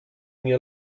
nie